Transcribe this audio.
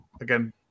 again